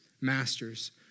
Masters